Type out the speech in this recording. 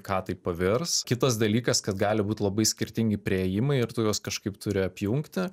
ką tai pavirs kitas dalykas kad gali būt labai skirtingi priėjimai ir tu juos kažkaip turi apjungti